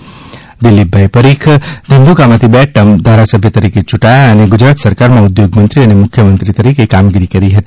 શ્રી દિલીપભાઇ પરીખ ધંધુકામાંથી બે ટર્મ ધારાસભ્ય તરીકે ચુંટાયા અને ગુજરાત સરકારમાં ઉદ્યોગ મંત્રી અને મુખ્યમંત્રી તરીકે કામગીરી કરી હતી